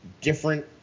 different